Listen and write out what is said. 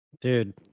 Dude